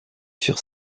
sur